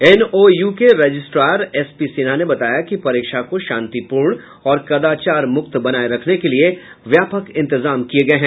NOU के registrar S P Sinha ने बताया कि परीक्षा को शांतिपूर्ण और कदाचार मुक्त बनाये रखने के लिये व्यापक इंतजाम किये गये हैं